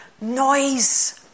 Noise